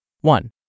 One